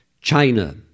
China